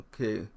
okay